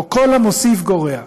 או כל המוסיף גורע.